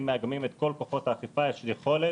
אם מאגמים את כל כוחות האכיפה יש יכולת